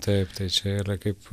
taip tai čia yra kaip